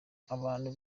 abantu